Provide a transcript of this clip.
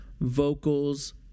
vocals